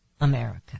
America